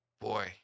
boy